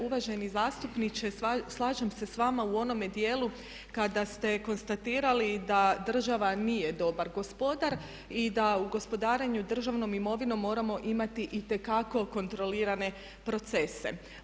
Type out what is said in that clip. Uvaženi zastupniče, slažem se s vama u onome dijelu kada ste konstatirali da država nije dobar gospodar i da u gospodarenju državnom imovinom moramo imati itekako kontrolirane procese.